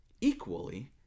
equally